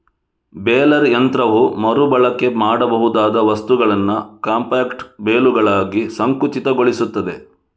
baler ಯಂತ್ರವು ಮರು ಬಳಕೆ ಮಾಡಬಹುದಾದ ವಸ್ತುಗಳನ್ನ ಕಾಂಪ್ಯಾಕ್ಟ್ ಬೇಲುಗಳಾಗಿ ಸಂಕುಚಿತಗೊಳಿಸ್ತದೆ